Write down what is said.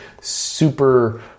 super